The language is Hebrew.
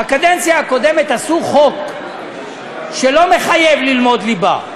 בקדנציה הקודמת עשו חוק שלא מחייב ללמוד ליבה,